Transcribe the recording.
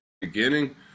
beginning